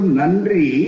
nandri